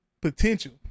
potential